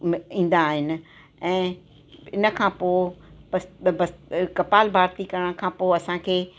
ईंदा आहिनि ऐं इनखां पोइ भस भस कपाल भांति करण खां पोइ असांखे